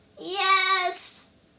Yes